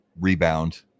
rebound